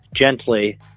gently